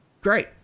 great